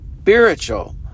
spiritual